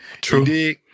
True